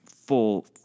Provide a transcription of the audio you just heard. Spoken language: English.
full